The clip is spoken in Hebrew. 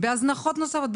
בהזנחות נוספות,